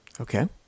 Okay